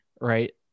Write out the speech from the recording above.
Right